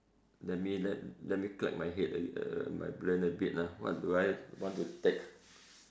let me let let me crack my head uh my brain a bit ah what do I want to take